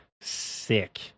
sick